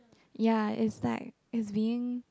ya it's like it's being